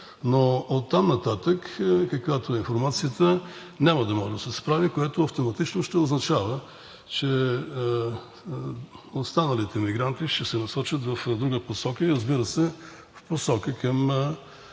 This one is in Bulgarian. но оттам нататък, каквато е информацията, няма да може да се справи, което автоматично ще означава, че останалите мигранти ще се насочат в друга посока и, разбира се, в посока към